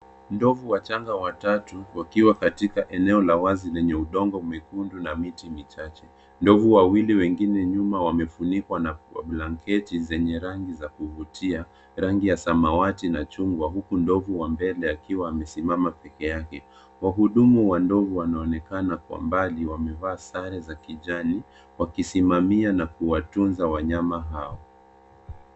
Ndovu wachanga watatu wakiwa katika eneo la wazi lenye udongo mwekundu na miti michache, Ndovu wawili wengine nyuma wamefunikwa na blanketi zenye za rangi za kuvutia rangi za samawati na chungwa huku ndovu wa mbele amesimama peke yake. Wahudumu wa ndovu wanaonekana kwa umbali wamevaa sare za kijani wakisimamia na kuwatunza wanyama hao.